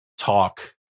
Talk